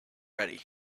ready